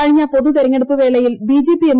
കഴിഞ്ഞ പൊതു തെരഞ്ഞെടുപ്പ് വേളയിൽ ബിജെപി എം